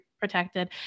protected